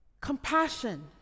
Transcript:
Compassion